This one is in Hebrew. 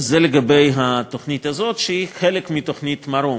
אז זה לגבי התוכנית הזאת שהיא חלק מתוכנית "מרום".